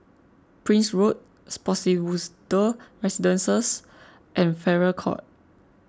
Prince Road Spottiswoode Residences and Farrer Court